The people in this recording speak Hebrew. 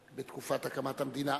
בתקופת הקמת המדינה.